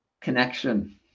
connection